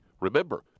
Remember